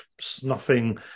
snuffing